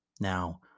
Now